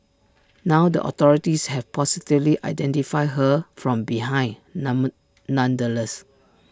now the authorities have positively identified her from behind nonetheless